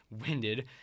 winded